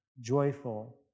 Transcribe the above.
joyful